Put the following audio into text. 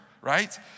right